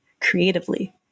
creatively